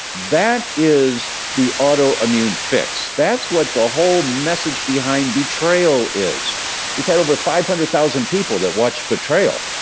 that is the autoimmune fix. that's what the whole message behind betrayal is we've had over five hundred thousand people that watched betrayal,